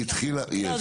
יש.